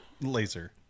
laser